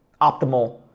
optimal